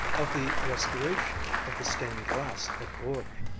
of the restoration of the stained glass at bourges.